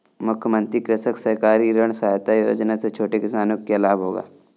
मुख्यमंत्री कृषक सहकारी ऋण सहायता योजना से छोटे किसानों को क्या लाभ होगा?